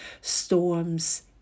Storms